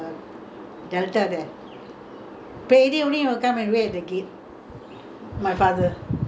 my father he exactly he knows payday he standing there my sister will be so angry